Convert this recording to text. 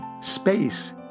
Space